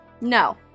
no